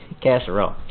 casserole